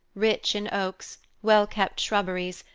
rich in oaks, well-kept shrubberies,